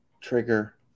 trigger